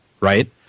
right